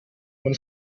man